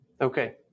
Okay